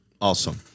Awesome